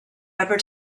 ever